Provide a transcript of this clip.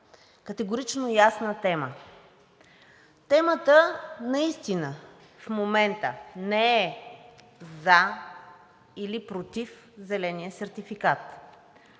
категорично ясна тема. Темата наистина в момента не е за или против зеления сертификат.